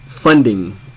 Funding